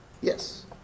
Yes